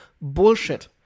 bullshit